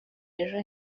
ejo